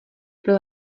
byl